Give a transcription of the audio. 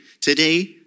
today